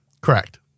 Correct